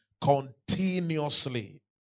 continuously